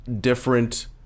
different